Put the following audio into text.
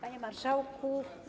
Panie Marszałku!